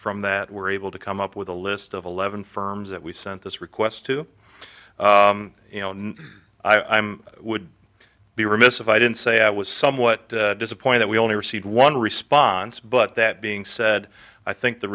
from that we're able to come up with a list of eleven firms that we sent this request to i am would be remiss if i didn't say i was somewhat disappointed we only received one response but that being said i think the